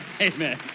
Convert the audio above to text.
amen